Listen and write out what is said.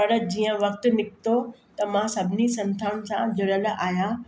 पर जीअं वक़्तु निकितो त मां सभिनी संथाउनि सां जुड़ियलु आहियां